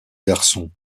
garçon